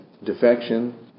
Defection